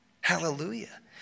Hallelujah